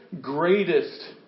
greatest